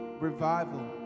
revival